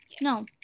no